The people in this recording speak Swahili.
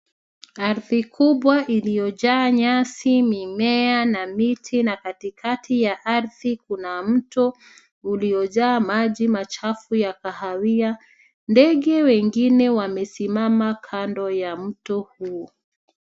Ardhi kubwa iliyojaa nyasi, mimea, na miti na katikati ya ardhi kuna mto ulijaa maji machafu ya kahawia. Ndege wengine wamesimama kando ya mto huo.